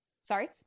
Sorry